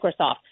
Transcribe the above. Microsoft